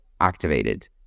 activated